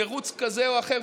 תירוץ כזה או אחר,